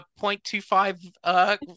0.25